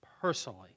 personally